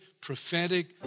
prophetic